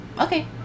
okay